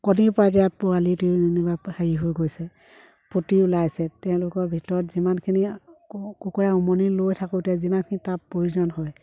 কণীৰপৰা এতিয়া পোৱালিটো যেনিবা হেৰি হৈ গৈছে ফুটি ওলাইছে তেওঁলোকৰ ভিতৰত যিমানখিনি কুকুৰাই উমনি লৈ থাকোঁতে যিমানখিনি তাপ প্ৰয়োজন হয়